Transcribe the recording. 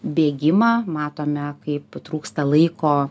bėgimą matome kaip trūksta laiko